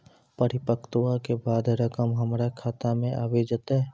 परिपक्वता के बाद रकम हमरा खाता मे आबी जेतै?